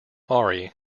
ari